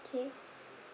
okay